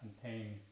contain